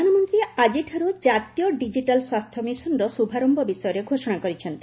ପ୍ରଧାନମନ୍ତ୍ରୀ ଆଜିଠାରୁ ଜାତୀୟ ଡିକିଟାଲ ସ୍ୱାସ୍ଥ୍ୟ ମିଶନର ଶୁଭାରମ୍ଭ ବିଷୟରେ ଘୋଷଣା କରିଛନ୍ତି